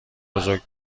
بزرگم